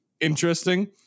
interesting